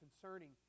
concerning